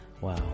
Wow